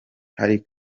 hari